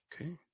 Okay